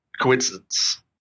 coincidence